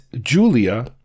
Julia